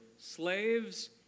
slaves